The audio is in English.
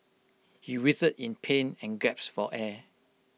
he writhed in pain and gaps for air